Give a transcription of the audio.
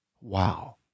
Wow